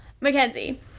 Mackenzie